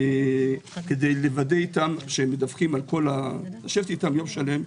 כדי לוודא איתם לשבת איתם יום שלם,